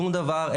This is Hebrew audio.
שום דבר,